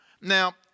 Now